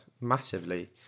massively